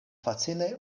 facile